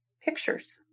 pictures